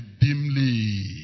dimly